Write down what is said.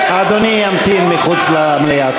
אדוני ימתין מחוץ למליאה.